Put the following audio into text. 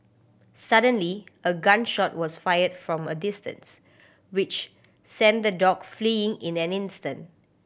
suddenly a gun shot was fired from a distance which sent the dog fleeing in an instant